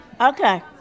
Okay